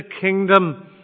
kingdom